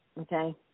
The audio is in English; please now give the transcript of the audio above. okay